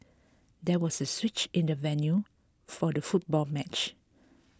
there was a switch in the venue for the football match